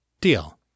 Deal